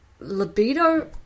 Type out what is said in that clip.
libido